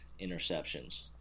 interceptions